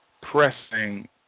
pressing